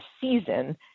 season